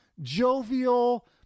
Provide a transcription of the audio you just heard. Jovial